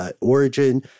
origin